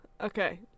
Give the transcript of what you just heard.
Okay